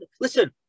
listen